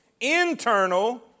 internal